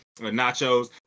Nachos